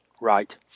Right